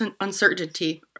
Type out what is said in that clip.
uncertainty